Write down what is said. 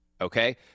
okay